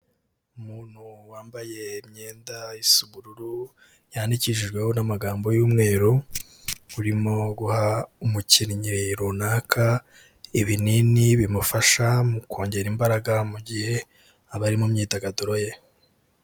Umuntu wambaye imyenda isa ubururu, yandikishijweho n'amagambo y'umweru, urimo umukinnyi runaka ibinini bimufasha mu kongera imbaraga, mu gihe aba ari mu myidagaduro ye.